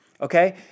okay